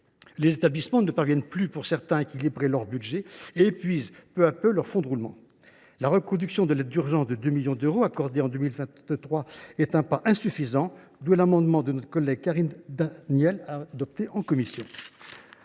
ces écoles ne parviennent plus à équilibrer leur budget ; elles épuisent peu à peu leur fonds de roulement. La reconduction de l’aide d’urgence de 2 millions d’euros accordée en 2023 reste insuffisante, d’où l’amendement de notre collègue Karine Daniel adopté en commission.